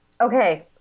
Okay